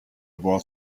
world